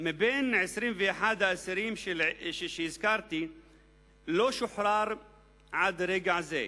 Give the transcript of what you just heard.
מבין 21 האסירים שהזכרתי לא שוחרר עד לרגע זה.